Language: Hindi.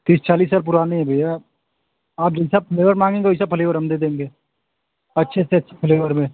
तीस चालीस साल पुरानी है भैया आप जैसा फ्लेवर माँगेंगे वैसा फ्लेवर हम दे देंगे अच्छे से अच्छे फ्लेवर में